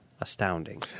astounding